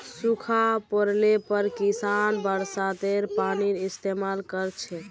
सूखा पोड़ले पर किसान बरसातेर पानीर इस्तेमाल कर छेक